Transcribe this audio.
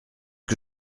que